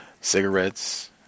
cigarettes